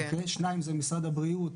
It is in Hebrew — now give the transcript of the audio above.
שניים זה משרד הבריאות,